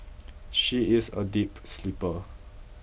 she is a deep sleeper